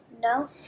No